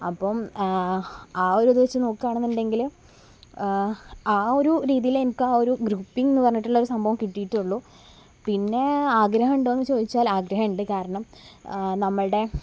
അപ്പോൾ ആ ഒരു ഇത് വച്ച് നോക്കുക ആണെന്നുണ്ടെങ്കിൽ ആ ഒരു രീതിയിൽ എനിക്ക് ആ ഒരു ഗ്രൂപ്പിങ്ങ് എന്ന് പറഞ്ഞിട്ടുള്ള ഒരു സംഭവം കിട്ടിയിട്ടുള്ളൂ പിന്നേ ആഗ്രഹം ഉണ്ടോ എന്ന് ചോദിച്ചാൽ ആഗ്രഹം ഉണ്ട് കാരണം നമ്മളുടെ